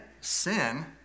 sin